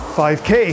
5k